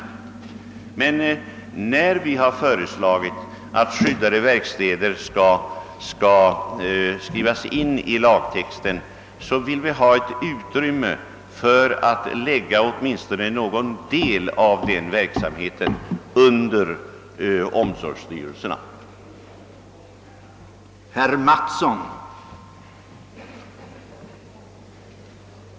När vi har föreslagit att en passus om skyldighet för huvudmännen att upprätta skyddade verkstäder skall föras in i lagtexten, är det för att vi vill ha utrymme för att lägga åtminstone någon del av verksamheten under omsorgsstyrelsernas ledning.